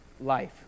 life